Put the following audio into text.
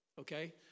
Okay